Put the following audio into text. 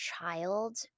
child